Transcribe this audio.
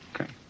okay